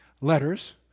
letters